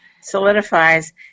solidifies